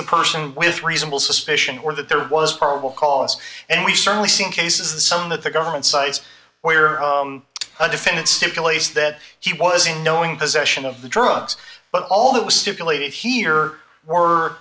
the person with reasonable suspicion or that there was probable cause and we've certainly seen cases that some that the government sites where the defendant stipulates that he was in knowing possession of the drugs but all that was stipulated here were